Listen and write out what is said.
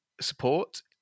support